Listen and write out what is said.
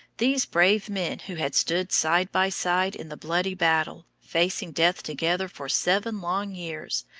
these brave men who had stood side by side in the bloody battle, facing death together for seven long years,